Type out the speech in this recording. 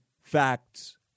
facts